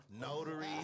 notary